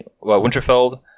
Winterfeld